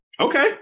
Okay